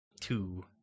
Two